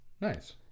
Nice